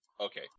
okay